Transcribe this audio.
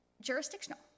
jurisdictional